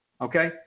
okay